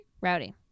Rowdy